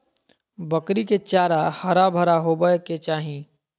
बकरी के चारा हरा भरा होबय के चाही